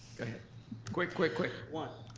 quick, quick quick. one.